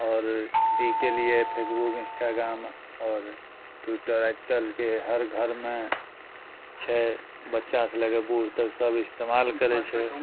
आओर इके लिये फेसबुक इंस्ट्राग्राम आओर ट्विटर आइकाल्हिके हर घरमे छै बच्चासँ लअ कऽ बुढ़ तक सब इस्तेमाल करय छै